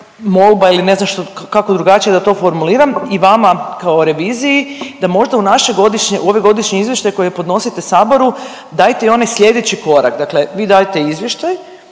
molba ili ne znam kako drugačije da to formuliram i vama kao reviziji da možda u naše godišnje, u ove godišnje izvještaje koje podnosite saboru dajete i onaj slijedeći korak. Dakle, vi dajete izvještaj,